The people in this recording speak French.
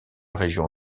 région